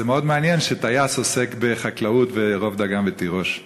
אז זה מאוד מעניין שטייס עוסק בחקלאות וברוב דגן ותירוש.